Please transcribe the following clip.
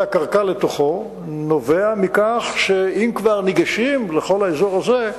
הקרקע נובע מכך שאם כבר ניגשים לכל האזור הזה,